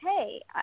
okay